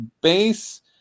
base